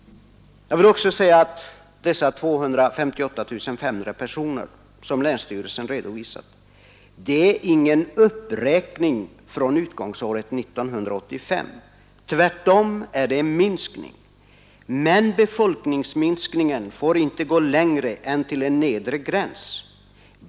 Jag vill också säga att dessa 258 500 personer, som länsstyrelsen redovisat, inte innebär någon uppräkning från utgångsåret 1965, utan tvärtom en minskning. Men befolkningsminskningen får inte gå längre än till en viss nedre gräns.